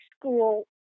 school